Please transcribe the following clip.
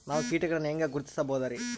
ನಾವು ಕೀಟಗಳನ್ನು ಹೆಂಗ ಗುರುತಿಸಬೋದರಿ?